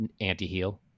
anti-heal